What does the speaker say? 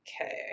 okay